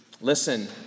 listen